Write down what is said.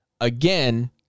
again